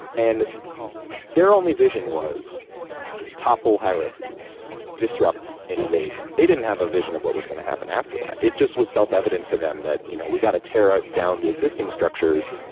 and their only vision was topple hierarchies disrupt innovate. they didn't have a vision of what was going to happen after that. it just was self-evident to them that you know we've got to tear down the existing structures.